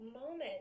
moment